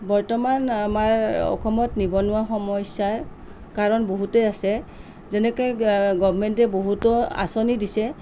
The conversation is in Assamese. বৰ্তমান আমাৰ অসমত নিবনুৱা সমস্যাৰ কাৰণ বহুতেই আছে যেনেকৈ গভমেণ্টে বহুতো আঁচনি দিছে